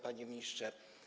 Panie Ministrze!